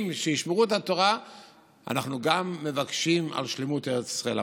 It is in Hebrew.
שישמרו את התורה אנחנו מבקשים על שלמות ארץ ישראל.